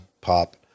pop